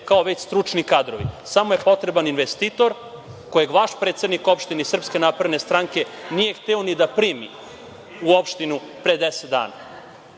kao već stručni kadrovi. Samo je potreban investitor, kojeg vaš predsednik opštine iz SNS nije hteo ni da primi u opštinu pre 10 dana,